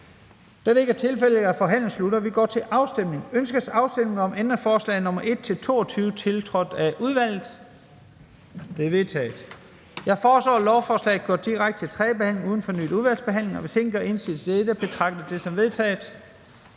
Første næstformand (Leif Lahn Jensen): Ønskes afstemning om ændringsforslag nr. 1-22, tiltrådt af udvalget? De er vedtaget. Jeg foreslår, at lovforslaget går direkte til tredje behandling uden fornyet udvalgsbehandling. Hvis ingen gør indsigelse mod dette, betragter jeg det som vedtaget.